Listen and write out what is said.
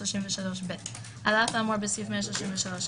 133ב. על אף האמור בסעיף 133א,